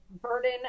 burden